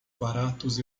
baratos